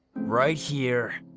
right here.